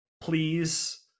Please